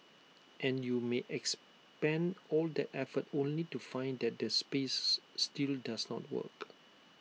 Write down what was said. and you may expend all that effort only to find that the space still does not work